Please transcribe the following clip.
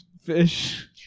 fish